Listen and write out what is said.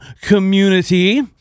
community